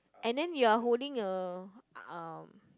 and then you are holding a uh